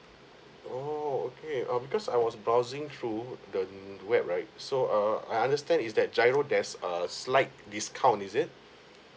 oh okay um cause I was browsing through the mm web right so err I understand is that giro there's a slight discount is it